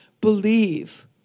believe